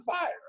fire